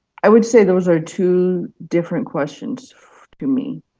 i would say those are two different questions to me.